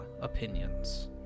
opinions